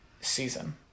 season